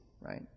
right